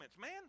man